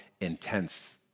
intense